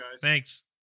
Thanks